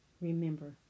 Remember